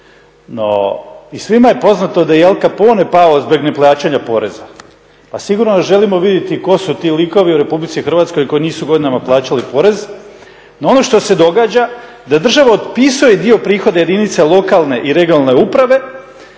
no i svima je poznato da je i Al Capone pao zbog neplaćanja poreza, pa sigurno da želimo vidjeti tko su ti likovi u Republici Hrvatskoj koji nisu godinama plaćali porez. No ono što se događa, da država otpisuje dio prihoda jedinice lokalne i regionalne uprave.